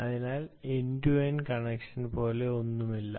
അതിനാൽ end to end connection പോലെ ഒന്നുമില്ല